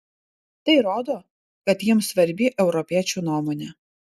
tai rodo kad jiems svarbi europiečių nuomonė